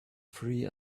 free